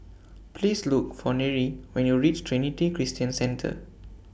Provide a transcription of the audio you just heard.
Please Look For Nery when YOU REACH Trinity Christian Center